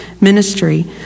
ministry